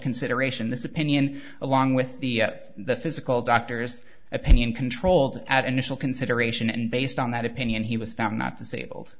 consideration this opinion along with the of the physical doctor's opinion controlled out initial consideration and based on that opinion he was found not disabled